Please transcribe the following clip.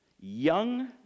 young